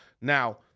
Now